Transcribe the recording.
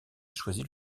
choisit